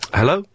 Hello